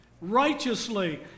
righteously